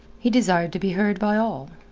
he desired to be heard by all.